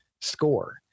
score